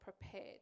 prepared